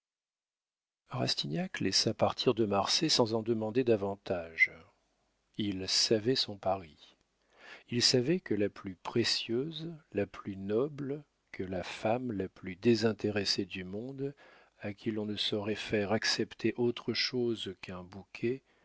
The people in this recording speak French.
rastignac laissa partir de marsay sans en demander davantage il savait son paris il savait que la plus précieuse la plus noble que la femme la plus désintéressée du monde à qui l'on ne saurait faire accepter autre chose qu'un bouquet